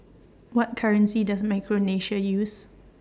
What currency Does Micronesia use